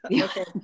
Okay